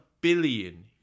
billion